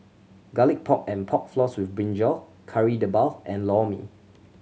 Garlic Pork and Pork Floss with brinjal Kari Debal and Lor Mee